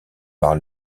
par